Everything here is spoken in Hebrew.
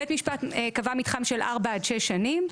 בית משפט קבע מתחם של ארבע עד שש שנים.